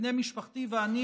בני משפחתי ואני,